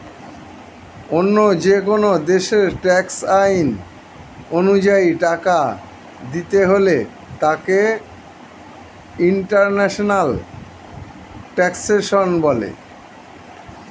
অন্য যেকোন দেশের ট্যাক্স আইন অনুযায়ী টাকা দিতে হলে তাকে ইন্টারন্যাশনাল ট্যাক্সেশন বলে